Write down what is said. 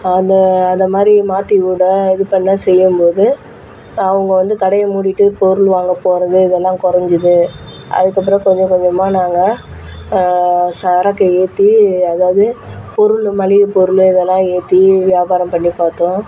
அந்த அந்தமாதிரி மாற்றி விட இது பண்ண செய்யும்போது அவங்க வந்து கடையை மூடிவிட்டு பொருள் வாங்க போவது இதெல்லாம் குறஞ்சிது அதுக்கப்புறம் கொஞ்சம் கொஞ்சமாக நாங்கள் சரக்கை ஏற்றி அதாவது பொருள் மளிகை பொருள் இதெல்லாம் ஏற்றி வியாபாரம் பண்ணி பார்த்தோம்